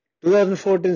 2014